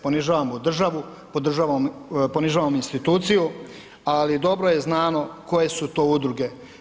Ponižavamo državu, pod državnom ponižavamo instituciju, ali dobro je znano koje su to udruge.